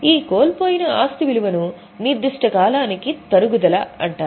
ఈ కోల్పోయిన ఆస్తి విలువను నిర్దిష్ట కాలానికి తరుగుదల అంటారు